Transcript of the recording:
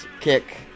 kick